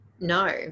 No